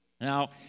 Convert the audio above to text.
now